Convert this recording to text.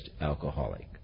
alcoholic